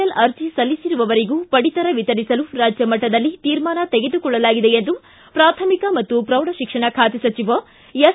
L ಅರ್ಜಿ ಸಲ್ಲಿಸಿರುವವರಿಗೂ ಪಡಿತರ ವಿತರಿಸಲು ರಾಜ್ಯಮಟ್ಟದಲ್ಲಿ ತೀರ್ಮಾನ ತೆಗೆದುಕೊಳ್ಳಲಾಗಿದೆ ಎಂದು ಪೂಥಮಿಕ ಮತ್ತು ಪ್ರೌಢಶಿಕ್ಷಣ ಖಾತೆ ಸಚಿವ ಎಸ್